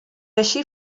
així